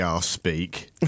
speak